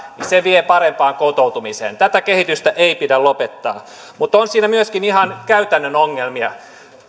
niin se vie parempaan kotoutumiseen tätä kehitystä ei pidä lopettaa mutta on siinä myöskin ihan käytännön ongelmia